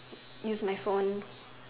use my phone